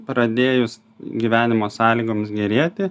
pradėjus gyvenimo sąlygoms gerėti